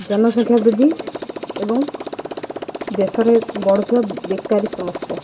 ଜନସଂଖ୍ୟା ବୃଦ୍ଧି ଏବଂ ଦେଶରେ ବଢ଼ୁଥିବା ବେକାରୀ ସମସ୍ୟା